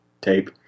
tape